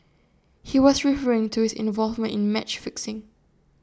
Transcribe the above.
he was referring to his involvement in match fixing